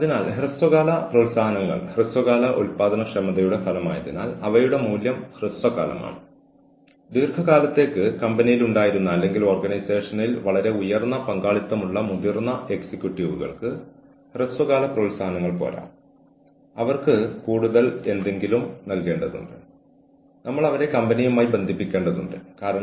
അച്ചടക്കപരമായ പെരുമാറ്റങ്ങൾ ആവശ്യമായേക്കാവുന്ന സാഹചര്യങ്ങൾ കൈകാര്യം ചെയ്യാൻ നിങ്ങൾ എന്തുചെയ്യണം എന്നതിനെക്കുറിച്ച് നമ്മൾ സംസാരിച്ചു ഇപ്പോൾ ഞാൻ ചർച്ച ചെയ്യാൻ പോകുന്നത് വളരെ പ്രധാനപ്പെട്ട ഒരു കാര്യമാണ് അതായത് നിങ്ങൾ എന്തിന് ഏതെങ്കിലും തരത്തിലുള്ള അച്ചടക്ക വിദ്യകൾ നടപ്പിലാക്കണം